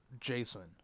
Jason